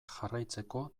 jarraitzeko